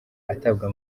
atabwa